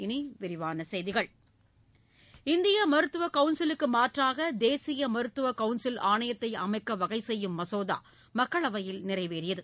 இனி விரிவான செய்திகள் இந்திய மருத்துவ கவுன்சிலுக்கு மாற்றாக தேசிய மருத்துவ ஆணையத்தை அமைக்க வகைசெய்யும் மசோதா மக்களவையில் நிறைவேறியது